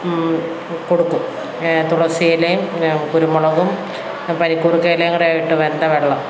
കൊടുക്കും തുളസിയിലയും കുരുമുളകും പനിക്കൂർക്കയിലയും കൂടി ഇട്ട് വെന്ത വെള്ളം